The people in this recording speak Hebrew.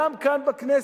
גם כאן בכנסת,